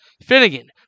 Finnegan